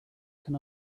can